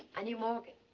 i knew morgan.